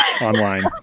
online